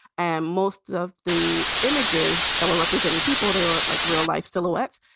and most of the images that were representing people, they were like real life silhouettes.